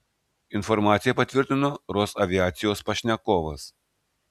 informaciją patvirtino rosaviacijos pašnekovas